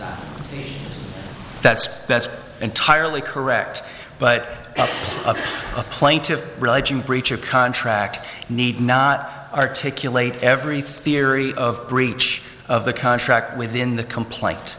holes that's that's entirely correct but as of a plaintive religion breach of contract need not articulate every theory of breach of the contract within the complaint